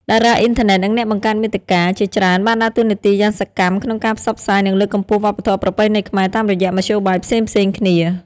តារាអុីនធឺណិត និងអ្នកបង្កើតមាតិកាជាច្រើនបានដើរតួនាទីយ៉ាងសកម្មក្នុងការផ្សព្វផ្សាយ និងលើកកម្ពស់វប្បធម៌ប្រពៃណីខ្មែរតាមរយៈមធ្យោបាយផ្សេងៗគ្នា។